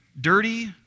dirty